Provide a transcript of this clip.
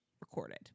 recorded